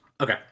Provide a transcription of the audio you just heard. Okay